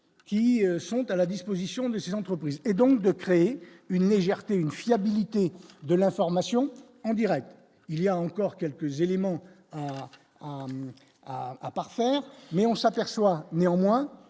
qui sont à la disposition de ces entreprises et donc de créer une légèreté, une fiabilité de l'information en Direct il y a encore quelques éléments à parfaire, mais on s'aperçoit néanmoins